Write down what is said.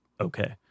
okay